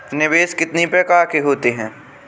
निवेश कितनी प्रकार के होते हैं?